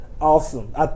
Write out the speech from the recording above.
awesome